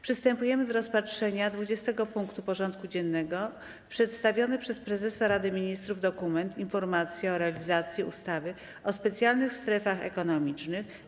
Przystępujemy do rozpatrzenia punktu 20. porządku dziennego: Przedstawiony przez Prezesa Rady Ministrów dokument: „Informacja o realizacji ustawy o specjalnych strefach ekonomicznych.